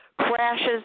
crashes